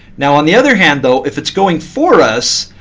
now on the other hand though, if it's going for us,